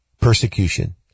persecution